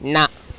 न